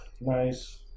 Nice